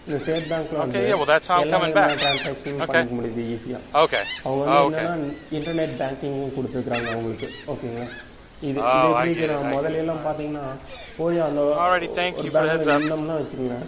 இந்த ஸ்டேட் பேங்க்கில வந்து எல்லா விதமான ட்ரான்ஸாக்ஷனும் பண்ணிக்க முடியுது ஈஸியாக அவங்க வந்து என்னன்னா இன்டர்நெட் பேங்க்கிங்கும் கொடுத்துருக்குறாங்க உங்களுக்கு ஓகேங்களா இதே இதை எப்படி நம்ம முதல்லேலாம் பார்த்திங்கனா போய் அந்த ஒரு பேங்க்கில நின்றம்னா வச்சுங்களேன்